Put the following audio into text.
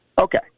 Okay